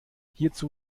hierzu